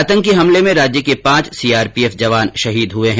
आतंकी हमले में राज्य के पांच सीआरपीएफ जवान शहीद हए है